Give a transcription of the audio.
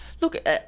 Look